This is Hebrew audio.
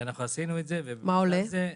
מה עולה?